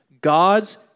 God's